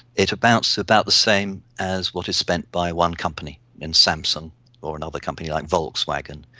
it amounts to about the same as what is spent by one company, in samsung or another company like volkswagen.